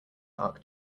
arc